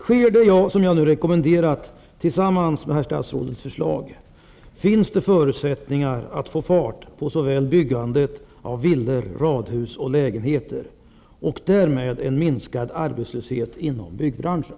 Om det som jag här rekommenderat sker tillsammans med det som herr statsrådet rekommenderat, finns det förutsättningar såväl för att få fart på byggandet av villor, radhus och lägenheter som för en minskad arbetslöshet inom byggbranschen.